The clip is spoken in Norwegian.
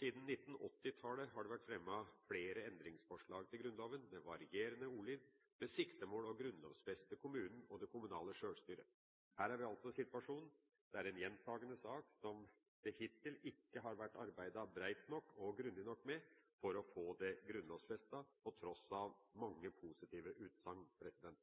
Siden 1980-tallet har det vært fremmet flere endringsforslag til Grunnloven – med varierende ordlyd – med det siktemål å grunnlovfeste kommunen og det kommunale sjølstyret. Her er vi altså i den situasjon at det er en gjentakende sak som det hittil ikke har vært arbeidet bredt nok og grundig nok med å få grunnlovfestet, på tross av mange positive utsagn.